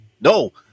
No